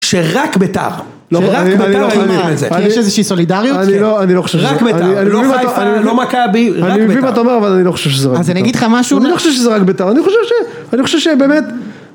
שרק ביתר. אני... אני... שרק ביתר היא מעל זה. יש איזושהי סולידריות אני לא חושב שזה רק ביתר אני... לא חיפה, לא מכבי, רק ביתר, אני מבין מה אתה אומר אבל אני לא חושב שזה רק ביתר אז אני אגיד לך משהו אני לא חושב שזה רק ביתר, אני חושב ש.. אני חושב שבאמת